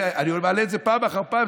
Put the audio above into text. אני מעלה את זה פעם אחר פעם,